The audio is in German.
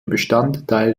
bestandteil